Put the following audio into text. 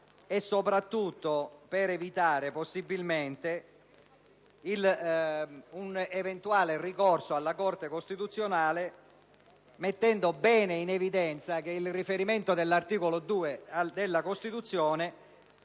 nonché per evitare, possibilmente, un eventuale ricorso alla Corte costituzionale, mettendo bene in evidenza che il riferimento all'articolo 2 della Costituzione